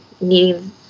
needing